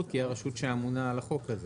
כי היא הרשות שאמונה על החוק הזה.